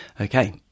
okay